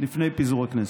לפני פיזור הכנסת.